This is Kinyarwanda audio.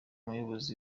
muyobozi